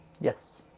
yes